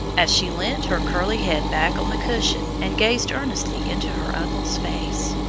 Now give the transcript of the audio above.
as she leaned her curly head back on the cushion and gazed earnestly into her uncle's face.